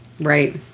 Right